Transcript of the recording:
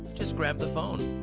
just grab the phone.